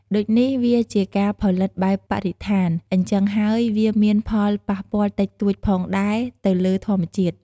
ដូចនេះ វាជាការផលិតបែបបរិស្ថាន អញ្ចឹងហ់ើយវាមានផលប៉ះពាល់តិចតួចផងដែរទៅលើធម្មជាតិ។